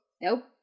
Nope